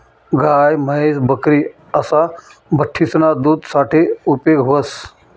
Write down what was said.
गाय, म्हैस, बकरी असा बठ्ठीसना दूध साठे उपेग व्हस